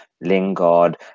Lingard